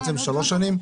שלוש שנים?